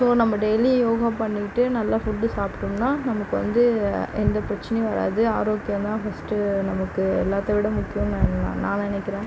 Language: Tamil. ஸோ நம்ம டெய்லியும் யோகா பண்ணிட்டு நல்லா ஃபுட் சாப்பிட்டோம்னா நமக்கு வந்து எந்த பிரச்சினையும் வராது ஆரோக்கியம் தான் ஃபஸ்ட்டு நமக்கு எல்லாத்தை விட முக்கியம்னு நான் நான் நினைக்கிறேன்